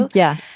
but yeah.